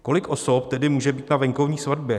Kolik osob tedy může být na venkovní svatbě?